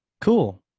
cool